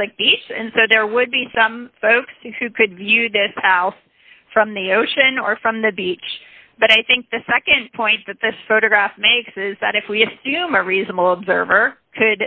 public beach and so there would be some folks who could view this house from the ocean or from the beach but i think the nd point that the photograph makes is that if we assume a reasonable observer could